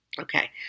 Okay